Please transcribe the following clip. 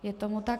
Je tomu tak.